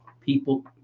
People